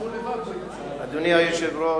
אדוני היושב-ראש,